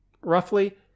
roughly